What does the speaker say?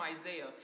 Isaiah